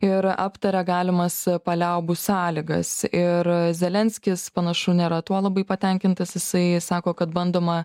ir aptaria galimas paliaubų sąlygas ir zelenskis panašu nėra tuo labai patenkintas jisai sako kad bandoma